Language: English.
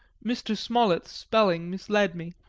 mr. smollet's spelling misled me,